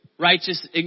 Righteous